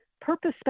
purpose